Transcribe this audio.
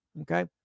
Okay